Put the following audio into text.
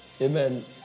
Amen